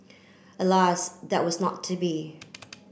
alas that was not to be